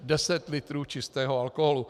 10 litrů čistého alkoholu!